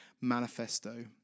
manifesto